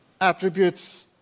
attributes